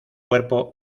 cuerpo